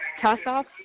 toss-off